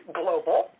global